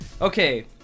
okay